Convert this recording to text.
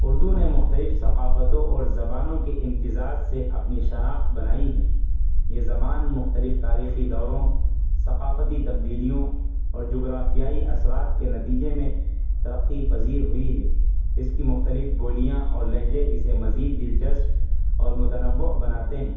اردو نے مختلف ثقافتوں اور زبانوں کے امتزاج سے اپنی شناخت بنائی ہے یہ زبان مختلف تاریخی دوروں ثقافتی تبدیلیوں اور جغرافیائی اثرات کے نتیجے میں ترقی پذیر ہوئی ہے اس کی مختلف بولیاں اور لہجے اسے مزید دلچسپ اور متنوع بناتے ہیں